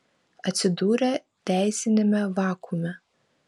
atsidūrė teisiniame vakuume